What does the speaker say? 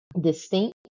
distinct